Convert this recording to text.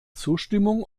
zustimmung